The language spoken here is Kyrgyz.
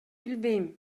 билбейм